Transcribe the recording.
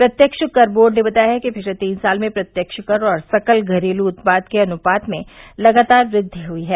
प्रत्यक्ष कर बोर्ड ने बताया है कि पिछले तीन साल में प्रत्यक्ष कर और सकल घरेलू उत्पाद के अनुपात में लगातार वृद्धि हुई है